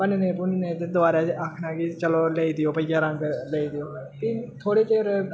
भन्नने भुन्नने ते दोबारै आक्खना कि चलो लेई देओ भइया रंग लेई देओ फ्ही थोह्ड़े चिर